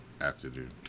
afternoon